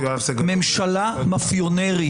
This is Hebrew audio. ממשלה מפיונרית.